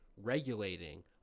regulating